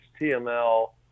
HTML